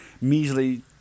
measly